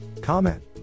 comment